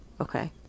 Okay